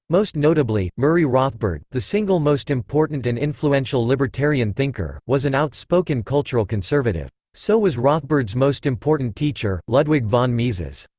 most notably, murray rothbard, the single most important and influential libertarian thinker, was an outspoken cultural conservative. so was rothbard's most important teacher, ludwig von mises.